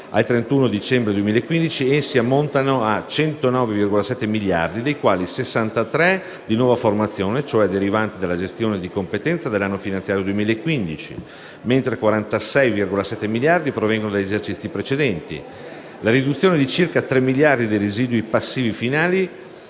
al 31 dicembre 2015, essi ammontano a 109,7 miliardi dei quali 63 di nuova formazione, cioè derivanti dalla gestione di competenza dell'esercizio finanziario 2015, mentre 46,7 miliardi provengono dagli esercizi precedenti. La riduzione di circa 3 miliardi dei residui passivi finali,